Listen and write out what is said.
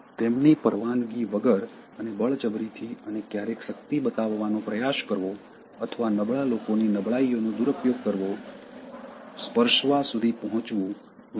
તેમની પરવાનગી વગર અને બળજબરીથી અને ક્યારેક શક્તિ બતાવવાનો પ્રયાસ કરવો અથવા નબળા લોકોની નબળાઈઓનો દુરૂપયોગ કરવો સ્પર્શવા સુધી પહોંચવું વગેરે